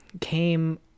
came